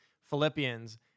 Philippians